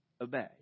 obey